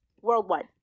Worldwide